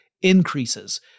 increases